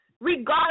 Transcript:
Regardless